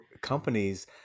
companies